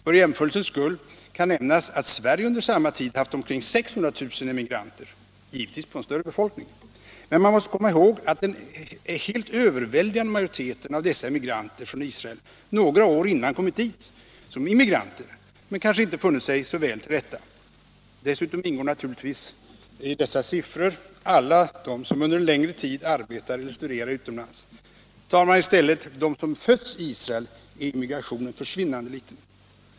För jämförelsens skull kan nämnas att Sverige under samma tid haft omkring 600 000 emigranter, givetvis på en större befolkning. Men man måste komma ihåg att den helt övervägande majoriteten av emigranterna från Israel några år innan kommit dit som immigranter men kanske inte funnit sig så väl till rätta. Dessutom ingår naturligtvis i dessa siffror alla som under en längre tid arbetar eller studerar utomlands. Tar man i stället dem som fötts i Israel är emigrationen försvinnande liten.